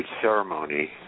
ceremony